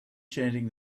chanting